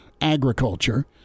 agriculture